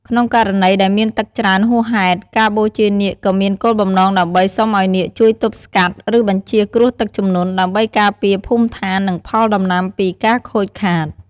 ក្នុងករណីដែលមានទឹកច្រើនហួសហេតុ ការបូជានាគក៏មានគោលបំណងដើម្បីសុំឱ្យនាគជួយទប់ស្កាត់ ឬបញ្ចៀសគ្រោះទឹកជំនន់ ដើម្បីការពារភូមិឋាន និងផលដំណាំពីការខូចខាត។